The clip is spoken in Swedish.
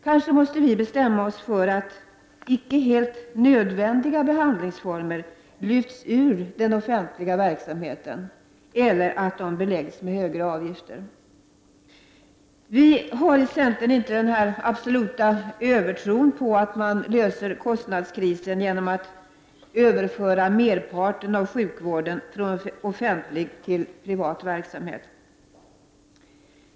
Kanske måste vi bestämma oss för att icke helt nödvändiga behandlingsformer lyfts ut ur den offentliga verksamheten eller beläggs med högre avgifter. Vi har i centern inte någon övertro på att man kan komma till rätta med kostnadskrisen genom att överföra merparten av sjukvården från offentlig till privat verksamhet.